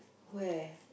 where